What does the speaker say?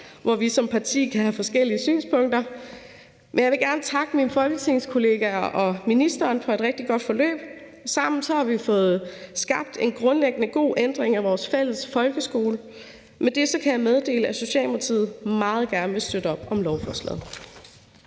hvor vi som partier kan have forskellige synspunkter, men jeg vil gerne takke mine folketingskollegaer og ministeren for et rigtig godt forløb. Sammen har vi fået skabt en grundlæggende god ændring af vores fælles folkeskole. Med det kan jeg meddele, at Socialdemokratiet meget gerne vil støtte op om lovforslaget.